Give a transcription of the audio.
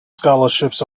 scholarships